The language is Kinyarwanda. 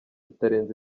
itarenze